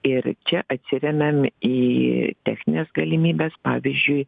ir čia atsiremiam į technines galimybes pavyzdžiui